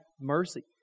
mercy